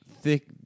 thick